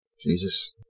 jesus